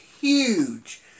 huge